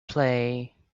play